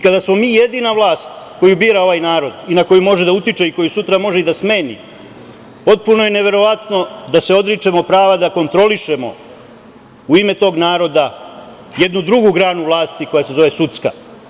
Kada smo mi jedina vlast koju bira ovaj narod i na koju može da utiče, koju sutra može da smeni, potpuno je neverovatno da se odričemo prava da kontrolišemo u ime tog naroda jednu drugu granu vlasti koja se zove sudska.